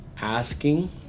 asking